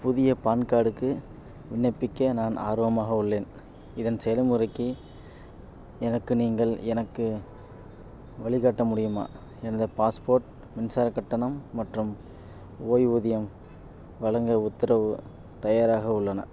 புதிய பான் கார்டுக்கு விண்ணப்பிக்க நான் ஆர்வமாக உள்ளேன் இதன் செயல்முறைக்கு எனக்கு நீங்கள் எனக்கு வழிகாட்ட முடியுமா எனது பாஸ்போர்ட் மின்சாரக் கட்டணம் மற்றும் ஓய்வூதியம் வழங்க உத்தரவு தயாராக உள்ளன